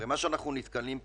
הרי מה שאנחנו נתקלים פה